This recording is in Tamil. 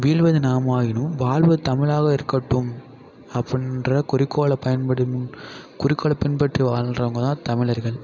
வீழ்வது நாம் ஆகினும் வாழ்வது தமிழாக இருக்கட்டும் அப்புடின்ற குறிக்கோளை பயன்படும் குறிக்கோளை பின்பற்றி வாழ்றவங்க தான் தமிழர்கள்